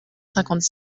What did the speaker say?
cinquante